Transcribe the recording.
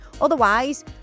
Otherwise